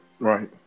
right